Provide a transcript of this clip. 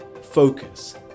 focus